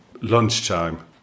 lunchtime